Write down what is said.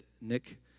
Nick